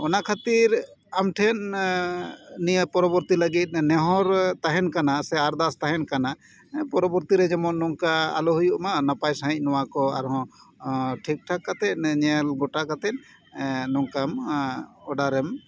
ᱚᱱᱟ ᱠᱷᱟᱹᱛᱤᱨ ᱟᱢ ᱴᱷᱮᱱ ᱱᱤᱭᱟᱹ ᱯᱚᱨᱚᱵᱚᱨᱛᱤ ᱞᱟᱹᱜᱤᱫ ᱱᱮᱦᱚᱨ ᱛᱟᱦᱮᱱ ᱠᱟᱱᱟ ᱥᱮ ᱟᱨᱫᱟᱥ ᱛᱟᱦᱮᱱ ᱠᱟᱱᱟ ᱯᱚᱨᱚᱵᱚᱨᱛᱤ ᱨᱮ ᱡᱮᱢᱚᱱ ᱱᱚᱝᱠᱟ ᱟᱞᱚ ᱦᱩᱭᱩᱜ ᱢᱟ ᱟᱨ ᱱᱟᱯᱟᱭ ᱥᱟᱹᱦᱤᱡ ᱱᱚᱣᱟ ᱠᱚ ᱟᱨᱦᱚᱸ ᱱᱚᱣᱟ ᱠᱚ ᱴᱷᱤᱠ ᱴᱷᱟᱠ ᱠᱟᱛᱮᱫ ᱧᱮᱞ ᱜᱚᱴᱟ ᱠᱟᱛᱮᱫ ᱱᱚᱝᱠᱟᱢ ᱚᱰᱟᱨᱮᱢ